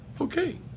okay